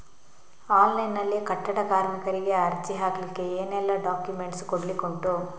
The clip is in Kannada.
ಆನ್ಲೈನ್ ನಲ್ಲಿ ಕಟ್ಟಡ ಕಾರ್ಮಿಕರಿಗೆ ಅರ್ಜಿ ಹಾಕ್ಲಿಕ್ಕೆ ಏನೆಲ್ಲಾ ಡಾಕ್ಯುಮೆಂಟ್ಸ್ ಕೊಡ್ಲಿಕುಂಟು?